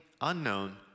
unknown